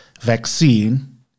vaccine